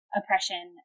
oppression